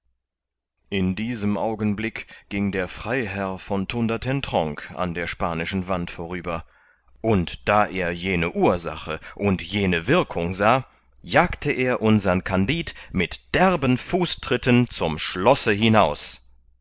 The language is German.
in diesem augenblick ging der freiherr von thundertentronckh an der spanischen wand vorüber und da er jene ursache und jene wirkung sah jagte er unsern kandid mit derben fußtritten zum schlosse hinaus